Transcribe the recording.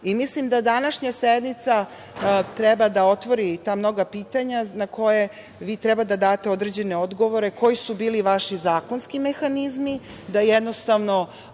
znali. Mislim da današnja sednica treba da otvori ta mnoga pitanja na koja vi treba da date određene odgovore koji su bili vaši zakonski mehanizmi, da jednostavno